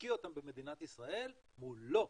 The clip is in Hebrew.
ולהשקיע אותם במדינת ישראל, אמרו לא,